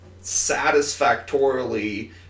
satisfactorily